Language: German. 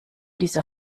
dieser